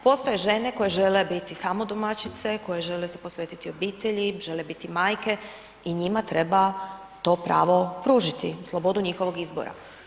Postoje žene koje žele biti samo domaćice, koje žele posvetiti se obitelji, žele biti majke i njima treba to pravo pružiti, slobodu njihovog izbora.